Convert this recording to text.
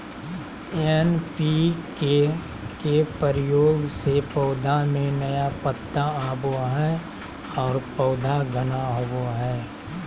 NPK के प्रयोग से पौधा में नया पत्ता आवो हइ और पौधा घना होवो हइ